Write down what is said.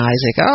Isaac